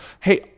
Hey